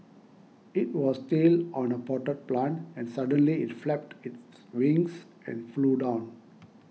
it was still on a potted plant and suddenly it flapped its wings and flew down